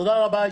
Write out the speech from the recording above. תודה רבה.